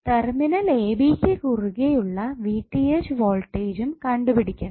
terminal a b ക്കു കുറുകെ ഉള്ള വോൾടേജ്ജും കണ്ടുപിടിക്കണം